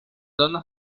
donna